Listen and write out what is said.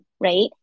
right